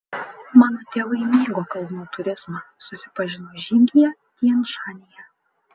mano tėvai mėgo kalnų turizmą susipažino žygyje tian šanyje